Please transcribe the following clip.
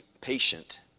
patient